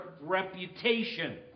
reputation